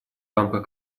рамках